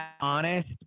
honest